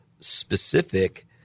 specific